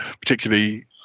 particularly